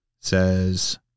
Says